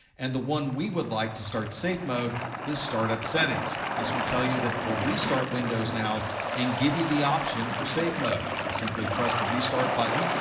and the one we would like to start safe mode is startup settings. this will tell you that it will restart windows now and give you the option for safe mode. you simply press the restart button.